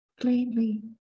plainly